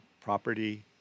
property